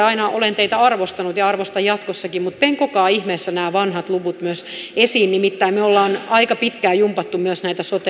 aina olen teitä arvostanut ja arvostan jatkossakin mutta penkokaa ihmeessä nämä vanhat luvut myös esiin nimittäin me olemme aika pitkään jumpanneet myös näitä sote lukuja